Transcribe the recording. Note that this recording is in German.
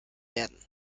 werden